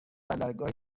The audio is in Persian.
بندرگاه